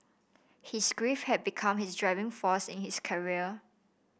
his grief had become his driving force in his career